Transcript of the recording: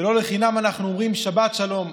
ולא לחינם אנחנו אומרים: שבת שלום.